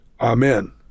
Amen